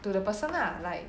to the person lah like